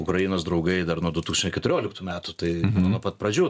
ukrainos draugai dar nuo du tūkstančiai keturioliktų metų tai nu nuo pat pradžių